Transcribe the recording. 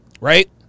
right